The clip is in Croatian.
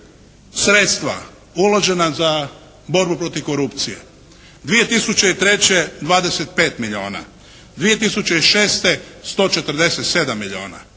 sredstva uložena za borbu protiv korupcije 2003. 25 milijuna, 2006. 147 milijuna.